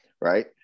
right